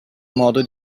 modo